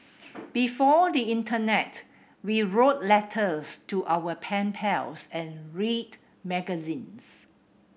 before the internet we wrote letters to our pen pals and read magazines